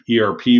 ERP